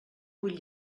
vull